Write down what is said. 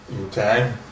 Okay